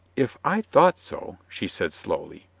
if i thought so, she said slowly,